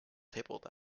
tabled